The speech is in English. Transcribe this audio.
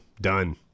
done